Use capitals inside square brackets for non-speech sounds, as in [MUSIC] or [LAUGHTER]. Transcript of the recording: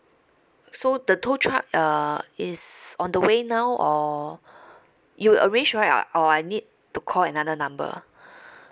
so the tow truck uh is on the way now or [BREATH] you arrange right uh or I need to call another number [BREATH]